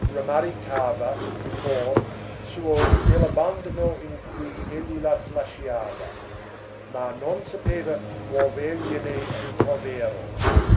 rammaricava in cuor suo dell'abbandono in cui egli la lasciava ma non sapeva muovergliene rimprovero